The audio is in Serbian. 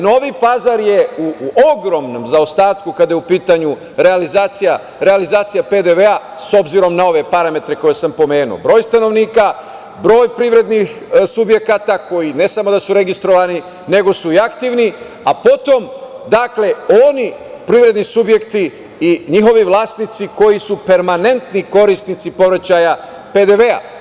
Novi Pazar je u ogromnom zaostatku kada je u pitanju realizacija PDV-a, s obzirom na ove parametre koje sam pomenuo, broj stanovnika, broj privrednih subjekata, koji ne samo da su registrovani, nego su i aktivni, a potom oni privredni subjekti i njihovi vlasnici koji su permanentni korisnici povraćaja PDV-a.